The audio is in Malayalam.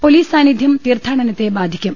പൊലീസ് സാന്നിധ്യം തീർത്ഥാ ടനത്തെ ബാധിക്കും